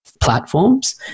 platforms